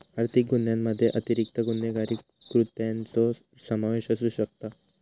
आर्थिक गुन्ह्यामध्ये अतिरिक्त गुन्हेगारी कृत्यांचो समावेश असू शकता